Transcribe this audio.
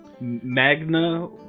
Magna